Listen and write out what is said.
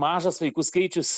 mažas vaikų skaičius